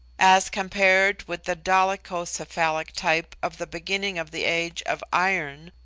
as compared with the dolichocephalic type of the beginning of the age of iron,